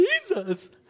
Jesus